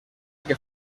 que